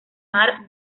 mar